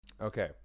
okay